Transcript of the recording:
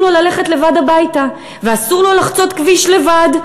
לו ללכת לבד הביתה ואסור לו לחצות כביש לבד.